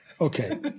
Okay